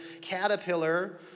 caterpillar